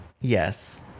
Yes